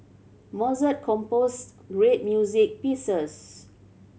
Mozart composed great music pieces